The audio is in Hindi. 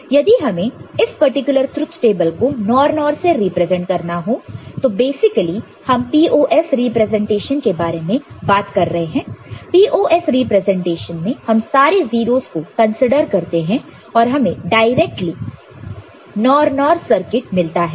यदि हमें इस पर्टिकुलर ट्रुथ टेबल को NOR NOR से रिप्रेजेंट करना हो तो बेसिकली हम POS रिप्रेजेंटेशन के बारे में बात कर रहे हैं POS रिप्रेजेंटेशन में हम सारे 0's को कंसीडर करते हैं और हमें डायरेक्टली NOR NOR सर्किट मिलता है